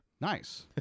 Nice